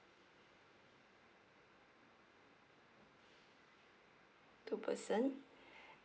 two person